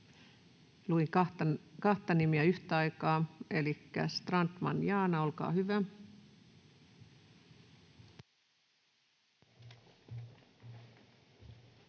luin kahta nimeä yhtä aikaa. — Elikkä Strandman, Jaana, olkaa hyvä. [Speech